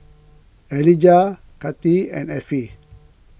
Elijah Cathi and Effie